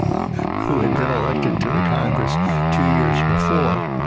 who had been elected to the congress two years before,